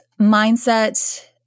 mindset